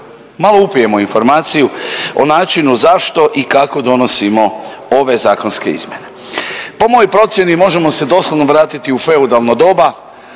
malo upijemo informaciju o načinu zašto i kako donosimo ove zakonske izmjene. Po mojoj procjeni možemo se doslovno vratiti u feudalno doba